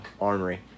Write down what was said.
armory